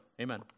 Amen